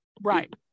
right